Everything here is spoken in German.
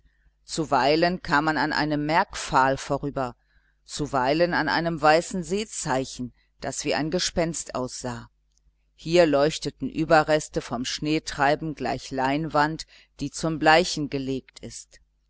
zuweilen kam man an einem merkpfahl vorüber zuweilen an einem weißen seezeichen das wie ein gespenst aussah hier leuchteten überreste vom schneetreiben gleich leinwand die zum bleichen gelegt ist